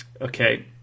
okay